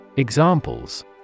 Examples